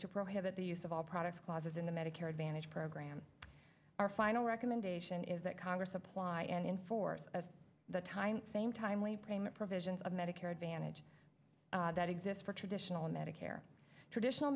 to prohibit the use of all products clauses in the medicare advantage program our final recommendation is that congress apply and in force of the time same timely payment provisions of medicare advantage that exist for traditional medicare traditional